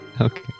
okay